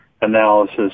analysis